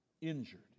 injured